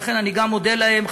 לכן אני גם מודה להם.